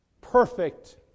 perfect